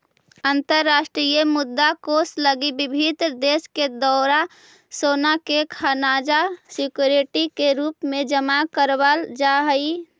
अंतरराष्ट्रीय मुद्रा कोष लगी विभिन्न देश के द्वारा सोना के खजाना सिक्योरिटी के रूप में जमा करावल जा हई